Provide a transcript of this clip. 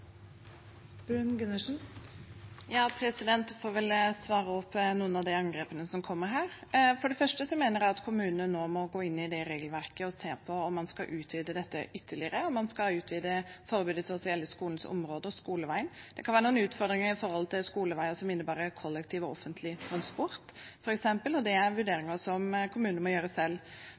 Jeg får vel svare på noen av de angrepene som kom her. For det første mener jeg at kommunene nå må gå inn i regelverket og se på om man skal utvide dette ytterligere, om man skal utvide forbudet til også å gjelde skolens område og skoleveien. Det kan være noen utfordringer med skoleveier som innebærer kollektiv transport og offentlig transport, f.eks. Det er vurderinger som kommunene må gjøre selv.